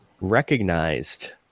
recognized